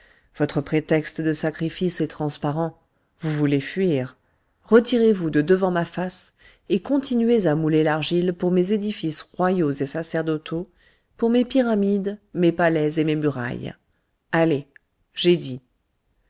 votre prétexte de sacrifice est transparent vous voulez fuir retirez-vous de devant ma face et continuez à mouler l'argile pour mes édifices royaux et sacerdotaux pour mes pyramides mes palais et mes murailles allez j'ai dit